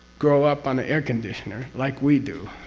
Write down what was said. grow up on an air conditioner like we do.